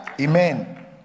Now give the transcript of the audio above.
Amen